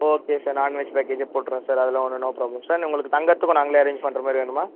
okay sir non veg பேக்கேஜே போட்டுறேன் sir அதெலாம் ஒன்றும் நோ ப்ரோப்ளம் சார் உங்களுக்கு தங்குறதுக்கும் நாங்களே அரேஞ் பண்ணுற மாதிரி வேணுமா